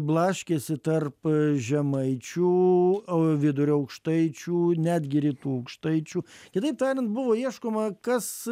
blaškėsi tarp žemaičių vidurio aukštaičių netgi rytų aukštaičių kitaip tariant buvo ieškoma kas